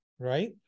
Right